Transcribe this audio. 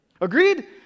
Agreed